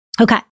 Okay